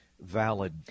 valid